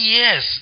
yes